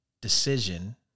decision